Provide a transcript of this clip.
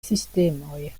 sistemoj